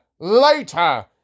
Later